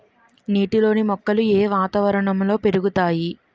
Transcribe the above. నీటిలోని మొక్కలు ఏ వాతావరణంలో పెరుగుతాయి?